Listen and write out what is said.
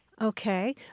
Okay